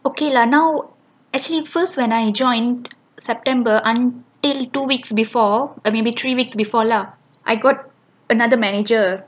okay lah now actually at first when I joined september until two weeks before or maybe three weeks before lah I got another manager